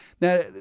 Now